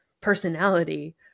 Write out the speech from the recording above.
personality